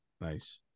Nice